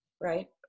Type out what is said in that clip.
right